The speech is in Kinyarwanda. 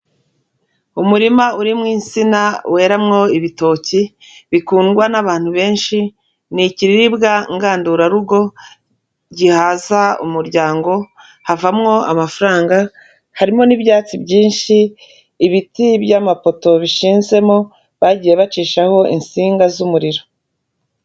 Umurima urimo insina weramwo ibitoki bikundwa n'abantu benshi, ni ikiribwa ngandurarugo gihaza umuryango, havamwo amafaranga, harimo n'ibyatsi byinshi, ibiti by'amapoto bishinzemo bagiye bacishaho insinga z'umuriro.